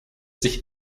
sich